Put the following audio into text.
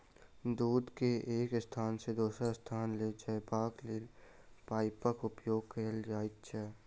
दूध के एक स्थान सॅ दोसर स्थान ल जयबाक लेल पाइपक उपयोग कयल जाइत छै